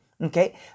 Okay